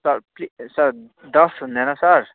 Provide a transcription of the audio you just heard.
sir fee sir दस हुँदैन sir